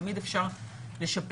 תמיד אפשר לשפר,